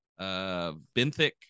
benthic